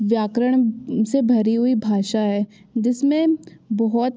व्याकरण से भरी हुई भाषा है जिसमें बहुत